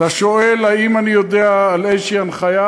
אתה שואל אם אני יודע על איזו הנחיה,